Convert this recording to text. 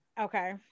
Okay